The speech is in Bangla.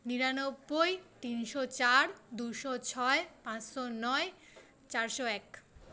নিরানব্বই তিনশো চার দুশো ছয় পাঁচশো নয় চারশো এক